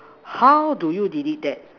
how do you delete that